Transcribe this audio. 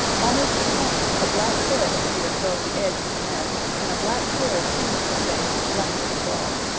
almost at once a black head appeared above the edge of the nest and a black bill seized the thing which blacky had brought.